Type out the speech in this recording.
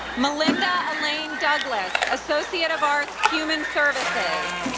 melinda elaine douglas, associate of arts, human services.